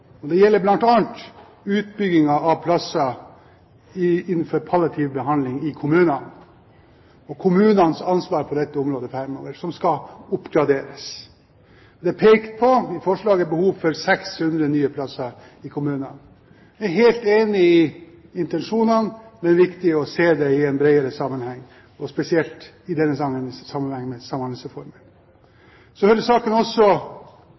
nå. Det gjelder bl.a. utbyggingen av plasser innenfor palliativ behandling i kommunene og kommunenes ansvar på dette området framover, som skal oppgraderes. Det er i forslaget pekt på behov for 600 nye plasser i kommunene. Vi er helt enige i intensjonene, men det er viktig å se dette i en bredere sammenheng, spesielt i sammenheng med Samhandlingsreformen. Saken hører også